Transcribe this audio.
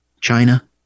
China